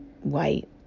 white